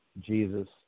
Jesus